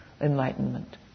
enlightenment